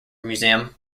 museum